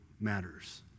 matters